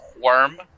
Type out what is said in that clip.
worm